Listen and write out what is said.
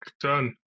done